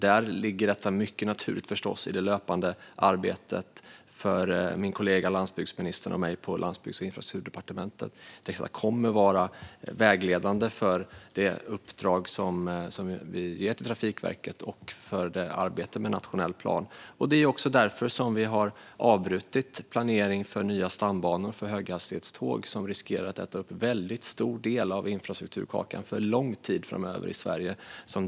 Där ligger detta naturligt i det löpande arbetet för min kollega landsbygdsministern och mig på Landsbygds och infrastrukturdepartementet. Det kommer att vara vägledande för det uppdrag vi ger Trafikverket och för arbetet med nationell plan. Det är också därför vi har avbrutit planeringen av nya stambanor för höghastighetståg, som annars skulle riskera att äta upp en väldigt stor del av infrastrukturkakan för lång tid framöver i Sverige.